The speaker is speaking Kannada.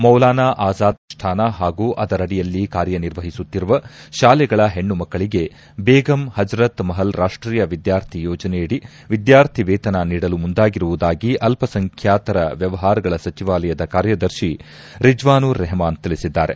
ಮೌಲಾನಾ ಅಜಾದ್ ಶಿಕ್ಷಣ ಪ್ರತಿಷ್ಠಾನ ಹಾಗೂ ಅದರಡಿಯಲ್ಲಿ ಕಾರ್ಯನಿರ್ವಹಿಸುತ್ತಿರುವ ಶಾಲೆಗಳ ಹೆಣ್ಣು ಮಕ್ಕಳಿಗೆ ಬೇಗಂ ಅಜರತ್ ಮಹಲ್ ರಾಷ್ಷೀಯ ವಿದ್ದಾರ್ಥಿ ಯೋಜನೆಯಡಿ ವಿದ್ವಾರ್ಥಿ ವೇತನ ನೀಡಲು ಮುಂದಾಗಿರುವುದಾಗಿ ಅಲ್ಪಸಂಖ್ಯಾತರ ವ್ಯವಹಾರಗಳ ಸಚಿವಾಲದ ಕಾರ್ಯದರ್ಶಿ ರಿಜ್ಞಾನೂರ್ ರೆಹಮಾನ್ ತಿಳಿಸಿದ್ದಾರೆ